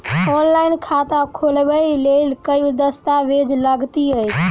Online खाता खोलबय लेल केँ दस्तावेज लागति अछि?